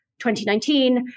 2019